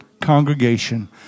congregation